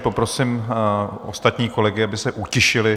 Poprosím ostatní kolegy, aby se utišili.